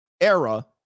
era